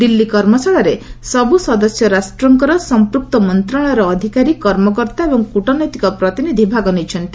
ଦିଲ୍ଲୀ କର୍ମଶାଳାରେ ସବୁ ସଦସ୍ୟ ରାଷ୍ଟ୍ରଙ୍କର ସଂପୃକ୍ତ ମନ୍ତ୍ରଣାଳୟର ଅଧିକାରୀ କର୍ମକର୍ତ୍ତା ଏବଂ କୂଟନୈତିକ ପ୍ରତିନିଧି ଏଥିରେ ଭାଗ ନେଇଛନ୍ତି